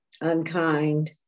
unkind